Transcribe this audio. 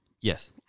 Yes